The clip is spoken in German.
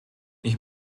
ich